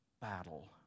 battle